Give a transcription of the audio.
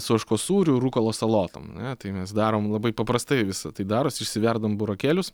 su ožkos sūriu rukolos salotom ane tai mes darom labai paprastai visa tai darosi išsiverdam burokėlius